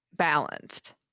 balanced